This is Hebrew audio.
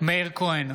מאיר כהן,